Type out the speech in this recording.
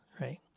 right